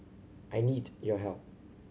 I need your help